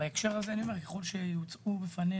בהקשר הזה אני אומר, ככל שיוצגו בפנינו